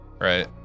right